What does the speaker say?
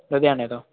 ਲੁਧਿਆਣੇ ਤੋਂ